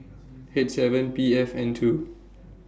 H seven P F N two